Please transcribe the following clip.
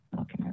Okay